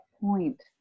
point